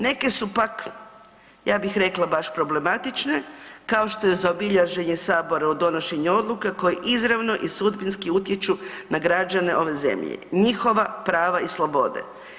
Neke su pak, ja bih rekla baš problematične, kao što je zaobilaženje Sabora u donošenju odluka koji izravno i sudbinski utječu na građane ove zemlje, njihova prava i slobode.